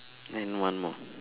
and one more